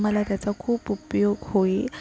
मला त्याचा खूप उपयोग होईल